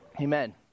Amen